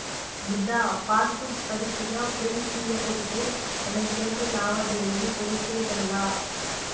బిడ్డా, passbook తరచుగా print తీయకుంటే మనం సేసే లావాదేవీలు తెలిసేటెట్టా